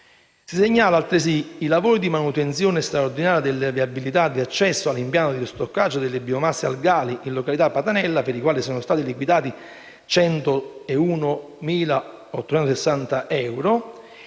Si segnalano altresì: i lavori di manutenzione straordinaria della viabilità di accesso all'impianto di stoccaggio delle biomasse algali in località Patanella (per i quali sono stati liquidati 101.860 euro,